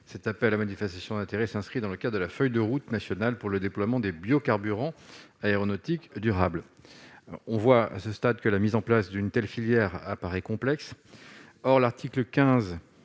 cet appel à manifestation d'intérêt s'inscrit dans le cas de la feuille de route nationale pour le déploiement des biocarburant aéronautique durable, on voit à ce stade que la mise en place d'une telle filière apparaît complexe, or l'article 15